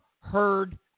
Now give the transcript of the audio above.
Heard